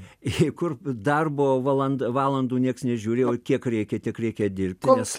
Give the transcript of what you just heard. į kur darbo valan valandų nieks nežiūrėjo kiek reikia tiek reikia dirbti nes